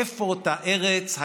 איפה אותה ארץ,